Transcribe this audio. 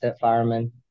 fireman